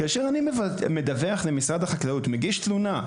כאשר אני מדווח למשרד החקלאות, מגיש תלונה,